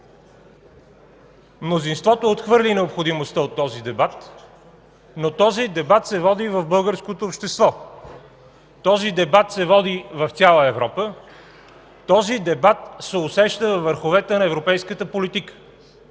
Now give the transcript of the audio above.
Мнозинството отхвърли необходимостта от този дебат, но той се води в българското общество, той се води в цяла Европа и се усеща във върховете на европейската политика.